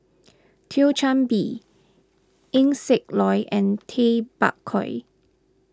Thio Chan Bee Eng Siak Loy and Tay Bak Koi